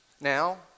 Now